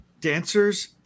Dancers